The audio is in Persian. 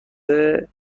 وسیعتر